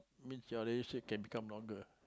means your relationship can become longer